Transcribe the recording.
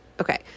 Okay